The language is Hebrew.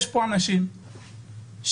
יש פה אנשים שמרגישים,